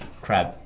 Crab